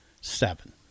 seven